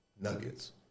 Nuggets